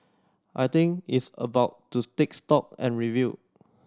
I think it's about to stake stock and review